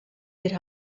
mehr